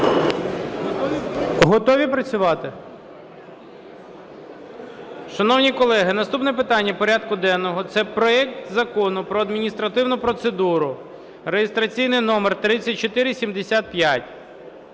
Готові працювати? Шановні колеги, наступне питання порядку денного – це проект Закону про адміністративну процедуру (реєстраційний номер 3475).